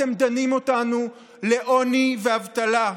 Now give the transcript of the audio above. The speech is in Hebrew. אתם דנים אותנו לעוני ואבטלה.